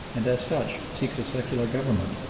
and as such seeks a secular government,